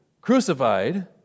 crucified